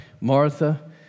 Martha